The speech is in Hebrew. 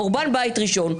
חורבן בית ראשון,